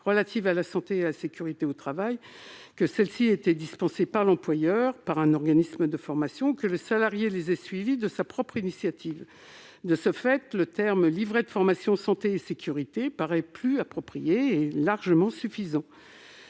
relatives à la santé et à la sécurité au travail, que celles-ci aient été dispensées par l'employeur ou par un organisme de formation, que le salarié les ait ou non suivies de sa propre initiative. De ce fait, le terme « livret de formation santé sécurité » paraît plus approprié et largement suffisant.